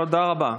תודה רבה.